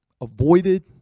avoided